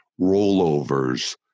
rollovers